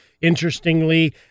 Interestingly